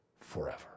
forever